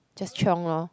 just chiong lor